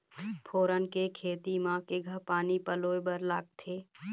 फोरन के खेती म केघा पानी पलोए बर लागथे?